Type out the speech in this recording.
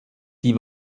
die